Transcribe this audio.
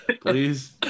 please